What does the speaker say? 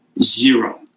Zero